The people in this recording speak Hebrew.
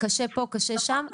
קשה פה וקשה שם.